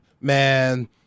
Man